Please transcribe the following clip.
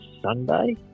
Sunday